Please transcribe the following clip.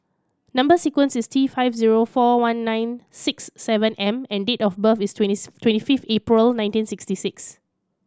number sequence is T five zero four one nine six seven M and date of birth is twenty twenty fifth April nineteen sixty six